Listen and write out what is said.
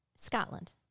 Scotland